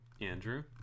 Andrew